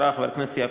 חבר הכנסת יצחק כהן,